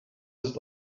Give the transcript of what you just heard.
ist